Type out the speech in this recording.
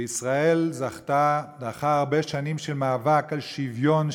וכאשר ישראל זכתה לאחר הרבה שנים של מאבק על שוויון,